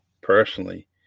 personally